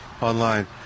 online